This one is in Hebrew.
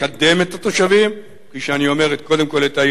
לקדם את התושבים.